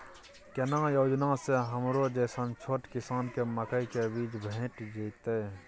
केना योजना स हमरो जैसन छोट किसान के मकई के बीज भेट जेतै?